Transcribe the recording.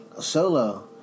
solo